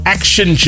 Action